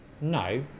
No